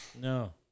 No